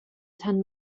tan